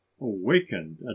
awakened